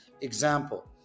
example